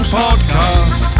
podcast